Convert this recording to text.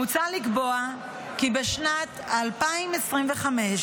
מוצע לקבוע כי בשנת 2025,